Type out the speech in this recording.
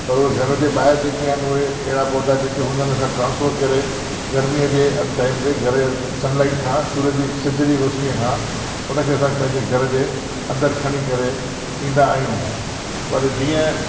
पर उहे घर जे ॿाहिरि जेके आहिनि उहे अहिड़ा पौधा जेके हूंदा आहिनि असां ट्रांसफर करे गर्मीअ जे टाइम ते घर जे सनलाइट खां सूरज जी सिज जी रोशनीअ खां उन खे असां पंहिंजे घर जे अंदरि खणी करे ईंदा आहियूं पर जीअं